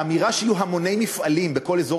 האמירה שיהיו המוני מפעלים בכל אזור